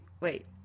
wait